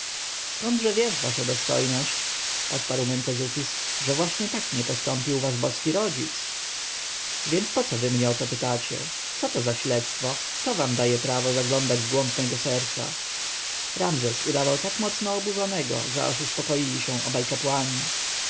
skądże wiesz wasza dostojność odparł mentezufis że właśnie tak nie postąpił wasz boski rodzic więc poco wy mnie o to pytacie co to za śledztwo kto wam daje prawo zaglądać w głąb mego serca ramzes udawał tak mocno oburzonego że aż uspokoili się obaj